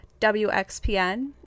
WXPN